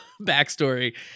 backstory